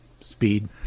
speed